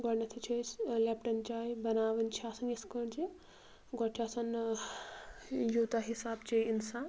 گۄڈٕنیٚتھٕے چھِ أسۍ ٲں لیٚپٹن چاے بناوٕنۍ چھِ آسان یِتھ کٲٹھۍ زِ گۄڈٕ چھِ آسان ٲں یوٗتاہ حِسابہٕ چیٚیہِ اِنسان